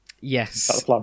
Yes